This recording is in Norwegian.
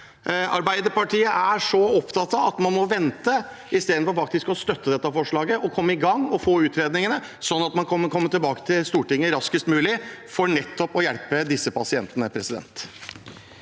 Arbeiderpartiet er så opptatt av at man må vente, i stedet for faktisk å støtte dette forslaget og komme i gang og få utredningene, sånn at man kan komme tilbake til Stortinget raskest mulig for å hjelpe disse pasientene. Presidenten